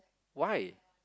why